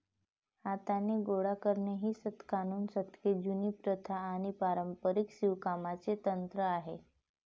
हाताने गोळा करणे ही शतकानुशतके जुनी प्रथा आणि पारंपारिक शिवणकामाचे तंत्र आहे